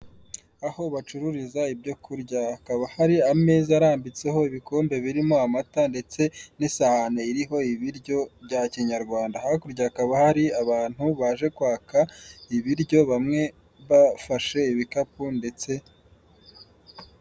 Aho bacururiza ibyo kurya hakaba hari ameza arambitseho ibikombe birimo amata ndetse n'isahani iriho ibiryo bya kinyarwanda, hakurya hakaba hari abantu baje kwaka ibiryo bamwe bafashe ibikapu ndetse.